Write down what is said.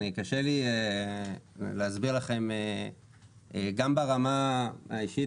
קשה לי להסביר לכם גם ברמה האישית,